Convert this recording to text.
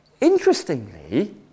Interestingly